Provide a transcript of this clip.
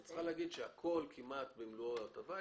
היית צריכה להגיד שהכול כמעט במלואו הוא הטבה,